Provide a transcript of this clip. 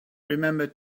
remember